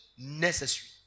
Necessary